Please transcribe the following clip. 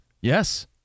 Yes